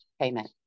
payment